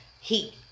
heat